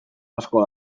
asko